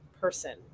person